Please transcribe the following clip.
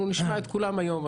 אנחנו נשמע את כולם היום.